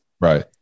Right